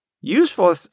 Useful